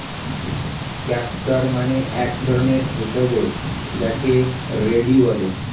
castor মানে এক ধরণের ভেষজ যাকে রেড়ি বলে